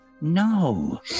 No